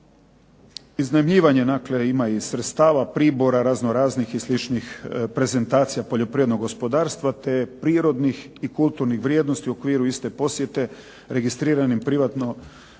Iznajmljivanje dakle ima i sredstava, pribora raznoraznih i sličnih prezentacija poljoprivrednog gospodarstva te prirodnih i kulturnih vrijednosti u okviru iste posjete registriranim privatnim